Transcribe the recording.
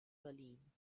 berlin